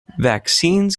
vaccines